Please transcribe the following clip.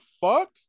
fuck